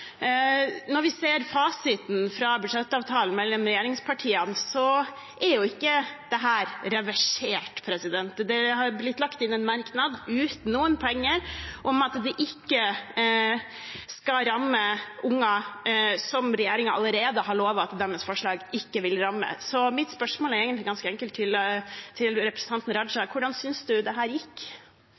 Når vi ser fasiten i budsjettavtalen mellom regjeringspartiene, er ikke dette blitt reversert. Det har blitt lagt inn en merknad – uten penger – om at det ikke skal ramme unger, som regjeringen allerede har lovet at deres forslag ikke skal ramme. Mitt spørsmål til representanten Raja er ganske enkelt: Hvordan synes han at dette gikk? Jeg er fornøyd med hva vi har fått til her.